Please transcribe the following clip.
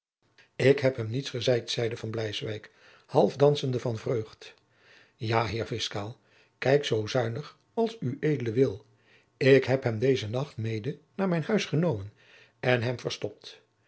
ik heb hem niets gezeid zeide van bleiswyk half dansende van vreugd ja heer fiscaal kijk zoo zuinig als ued wil ik heb hem deze nacht mede naar mijn huis genomen en hem verstopt